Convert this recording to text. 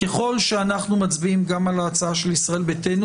ככל שאנחנו מצביעים גם על ההצעה של ישראל ביתנו,